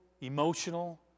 emotional